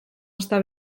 està